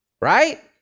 right